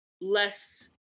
less